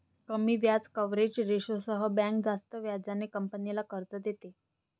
कमी व्याज कव्हरेज रेशोसह बँक जास्त व्याजाने कंपनीला कर्ज देते